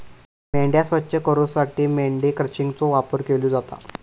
मेंढ्या स्वच्छ करूसाठी मेंढी क्रचिंगचो वापर केलो जाता